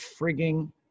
frigging